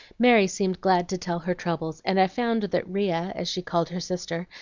mary seemed glad to tell her troubles, and i found that ria, as she called her sister,